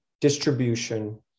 distribution